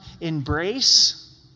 embrace